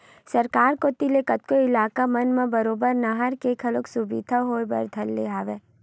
सरकार कोती ले कतको इलाका मन म बरोबर नहर के घलो सुबिधा होय बर धर ले हवय